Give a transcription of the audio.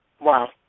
Wow